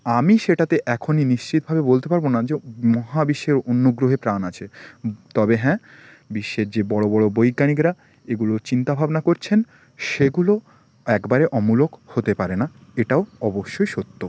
আমি সেটাতে এখনই নিশ্চিতভাবে বলতে পারব না যে মহাবিশ্বে অন্য গ্রহে প্রাণ আছে তবে হ্যাঁ বিশ্বের যে বড় বড় বৈজ্ঞানিকরা এগুলো চিন্তাভাবনা করছেন সেগুলো একবারে অমূলক হতে পারে না এটাও অবশ্যই সত্য